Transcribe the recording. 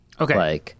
Okay